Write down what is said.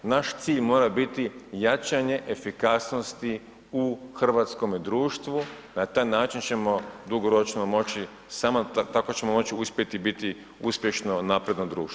Naš cilj mora biti jačanje efikasnosti u hrvatskome društvu, na taj način ćemo dugoročno moći, samo tako ćemo moći uspjeti i biti uspješno napredno društvo.